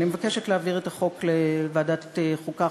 אני מבקשת להעביר את החוק לוועדת החוקה,